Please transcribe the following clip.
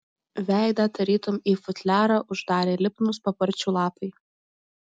veidą tarytum į futliarą uždarė lipnūs paparčių lapai